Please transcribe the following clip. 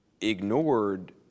ignored